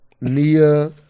Nia